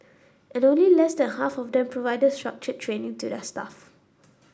and only less than half of them provided structured training to their staff